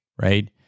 right